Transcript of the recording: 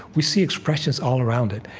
we see expressions all around it.